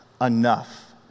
enough